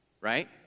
right